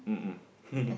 mmhmm